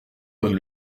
donne